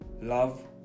Love